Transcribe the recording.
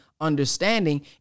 understanding